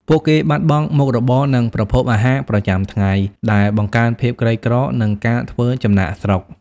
ពួកគេបាត់បង់មុខរបរ និងប្រភពអាហារប្រចាំថ្ងៃ ដែលបង្កើនភាពក្រីក្រ និងការធ្វើចំណាកស្រុក។